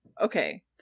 okay